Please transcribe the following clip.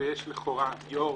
ויש לכאורה יושב-ראש,